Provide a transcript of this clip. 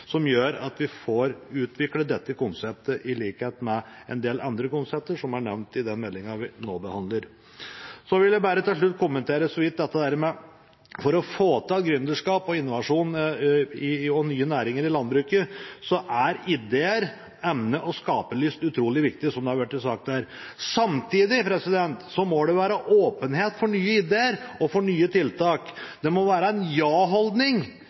som gjør at vi får utviklet dette konseptet, i likhet med en del andre konsepter som er nevnt i den meldingen vi nå behandler. Så vil jeg til slutt bare kommentere så vidt at for å få til gründerskap, innovasjon og nye næringer i landbruket er ideer, evne og skaperlyst utrolig viktig, som det er blitt sagt her. Samtidig må det være åpenhet for nye ideer og nye tiltak. Det må være en